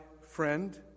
friend